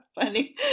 funny